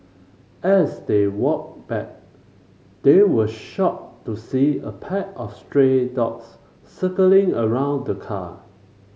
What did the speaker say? as they walked back they were shocked to see a pack of stray dogs circling around the car